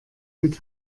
mit